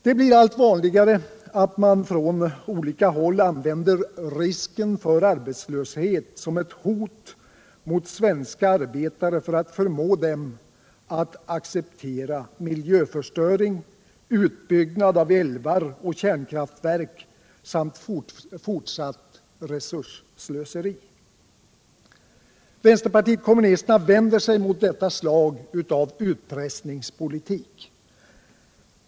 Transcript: Det blir allt vanligare att man från olika håll använder risken för arbetslöshet som ett hot mot svenska arbetare för att förmå dem att acceptera miljöförstöring, utbyggnad av älvar och kärnkraftverk samt fortsatt resursslöseri. Vpk vänder sig mot detta slag av utpressningspolitik.